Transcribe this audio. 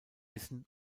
wissen